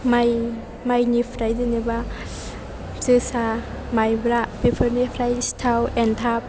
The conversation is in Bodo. माइनिफ्राय जेनेबा जोसा माइब्रा बेफोरनिफ्राय सिथाव एन्थाब